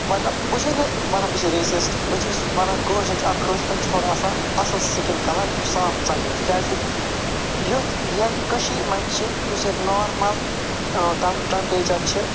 مطلب بہٕ چھُس نہٕ وَنان بہٕ چھُس رِسِسٹہٕ بہٕ چھُس وَنان کٲشِریٚن چھِ اَکھ خٲصیت تم چھِ تھوڑا آسان اَصٕل سِکِن کَلَر صاف ژَمہِ ۂنٛدۍ تِکیٛازِ یُتھ یہِ کٔشیٖرِ منٛز چھِ یُس ییٚتہِ نارمَل تم ٹیمپریچَر چھِ